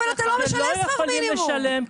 אני מייצג את כל בעלי העסקים שלא יכולים לשלם,